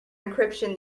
encryption